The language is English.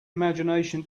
imagination